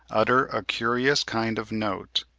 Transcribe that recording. utter a curious kind of note,